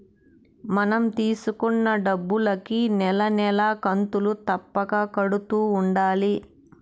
మనం తీసుకున్న డబ్బులుకి నెల నెలా కంతులు తప్పక కడుతూ ఉండాలి